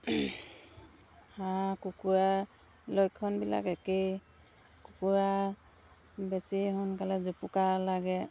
হাঁহ কুকুৰা লক্ষণবিলাক একেই কুকুৰা বেছি সোনকালে জুপুকা লাগে